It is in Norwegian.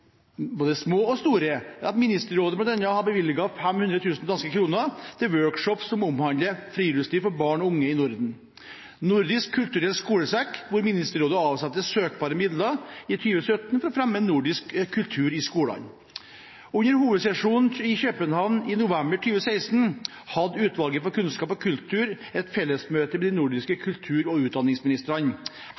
danske kroner til workshops som omhandler friluftsliv for barn og unge i Norden. Et annet tiltak er en nordisk kulturell skolesekk, hvor Ministerrådet setter av søkbare midler i 2017 for å fremme nordisk kultur i skolene. Under hovedsesjonen i København i november 2016 hadde utvalget for kunnskap og kultur et fellesmøte med de nordiske kultur- og utdanningsministrene.